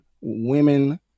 women